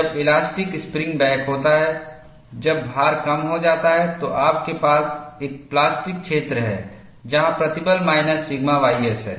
जब elastic spring back होता है जब भार कम हो जाता है तो आपके पास एक प्लास्टिक क्षेत्र है जहाँ प्रतिबल माइनस सिग्माys है